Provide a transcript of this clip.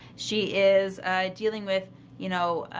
she is dealing with you know,